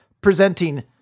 presenting